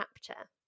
chapter